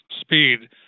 Speed